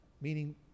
meaning